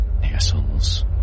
assholes